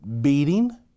beating